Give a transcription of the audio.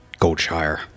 Goldshire